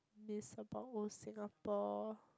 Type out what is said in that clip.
miss about old Singapore